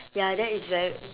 ya that is very